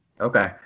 Okay